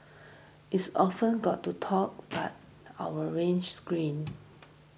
it's often got to talk but our win screen